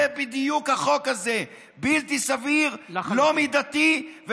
זה בדיוק החוק הזה: בלתי סביר, לא מידתי, לחלוטין.